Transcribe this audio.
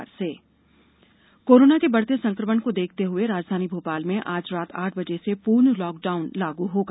lockdown corona के बढ़ते संक्रमण को देखते हुए राजधानी भोपाल में आज रात आठ बजे से पूर्ण लॉकडाउन लागू होगा